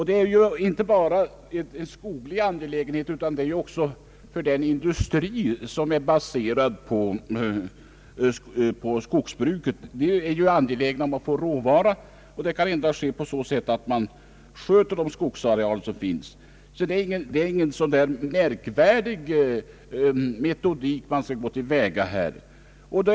Detta är inte bara en skoglig angelägenhet, utan också en angelägenhet för den industri som är baserad på skogsbruket. Industrin är angelägen att få råvara, och det kan endast ske på det sättet att man sköter de skogsarealer som finns. Det är alltså inte fråga om någon så märkvärdig metodik här.